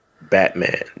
Batman